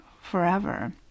forever